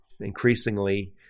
increasingly